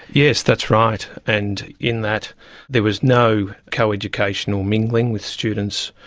yes, that's right, and in that there was no co-educational mingling with students,